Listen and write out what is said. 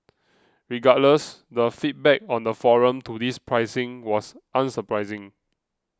regardless the feedback on the forum to this pricing was unsurprising